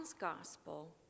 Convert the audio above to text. Gospel